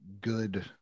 good